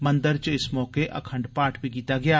मंदर च इस मौके अखंड पाठ बी कीता गेआ